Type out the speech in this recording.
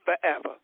forever